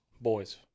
boys